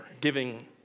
giving